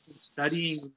studying